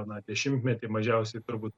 na dešimtmetį mažiausiai turbūt